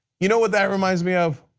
you know what that reminds me of?